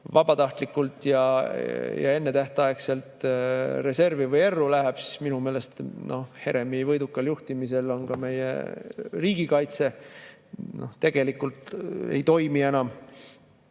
vabatahtlikult ja ennetähtaegselt reservi või erru läheb, siis minu meelest Heremi võidukal juhtimisel ka meie riigikaitse tegelikult ei toimi enam.